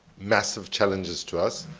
massive challenges to us.